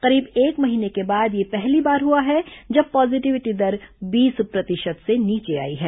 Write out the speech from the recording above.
करीब एक महीने के बाद यह पहली बार हुआ है जब पॉजिटिविटी दर बीस प्रतिशत से नीचे आई है